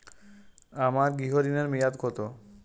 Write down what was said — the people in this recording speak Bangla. আমার গৃহ ঋণের মেয়াদ কত?